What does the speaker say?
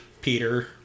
Peter